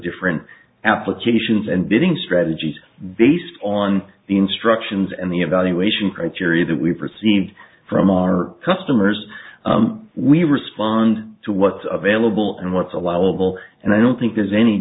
different applications and bidding strategies based on the instructions and the evaluation criteria that we proceed from our customers we respond to what's available and what's allowable and i don't think there's any